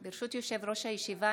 ברשות יושב-ראש הישיבה,